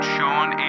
Sean